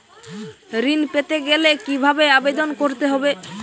ঋণ পেতে গেলে কিভাবে আবেদন করতে হবে?